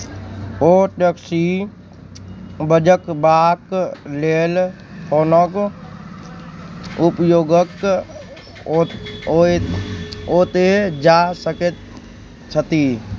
ओ taxi बजयवाक लेल फोनक उपयोगक ओ ओत् ओतय जा सकैत छथि